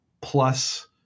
plus